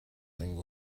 thing